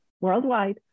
worldwide